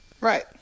Right